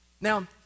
now